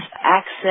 access